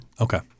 Okay